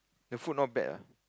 the food not bad